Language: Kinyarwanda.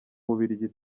bubirigi